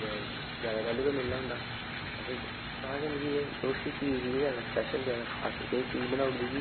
ते ज्यादा उदूं के मिलना हुंदा ते तां के मिगी एह् उस्सै चीज गी गै ज्यादा स्पैशल ज्यादा खास एह् चीज बनाी ओड़ी दी कि